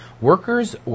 workers